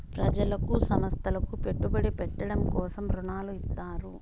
ప్రజలకు సంస్థలకు పెట్టుబడి పెట్టడం కోసం రుణాలు ఇత్తారు